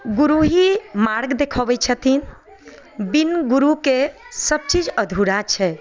गुरु ही मार्ग देखबै छथिन बिन गुरुके सब चीज अधूरा छै